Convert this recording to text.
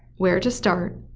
where to start,